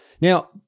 Now